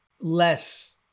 less